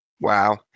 Wow